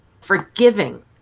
forgiving